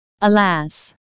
alas